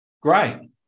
Great